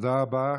תודה רבה.